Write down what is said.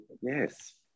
Yes